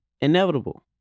inevitable